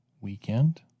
weekend